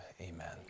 amen